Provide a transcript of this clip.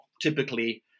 typically